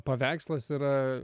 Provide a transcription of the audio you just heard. paveikslas yra